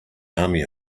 army